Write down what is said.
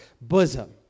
bosom